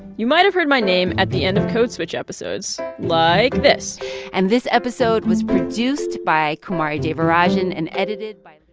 you might have heard my name at the end of code switch episodes, like this and this episode was produced by kumari devarajan and edited by.